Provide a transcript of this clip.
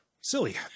silly